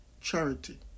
charity